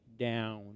down